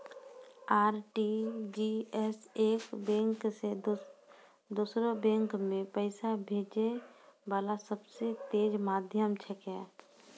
RTGS एक bank से दोसरो बैंक मे पैसा भेजै वाला सबसे तेज माध्यम छिकै